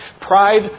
Pride